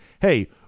hey